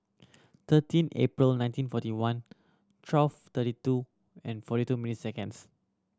thirteen April nineteen forty one twelve thirty two and forty two minutes seconds